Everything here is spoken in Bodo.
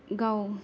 गाव